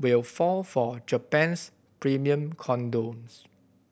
will fall for Japan's premium condoms